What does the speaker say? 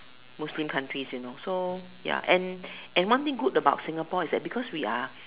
Muslim countries you know so ya and one thing good about Singapore is that because we are